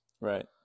right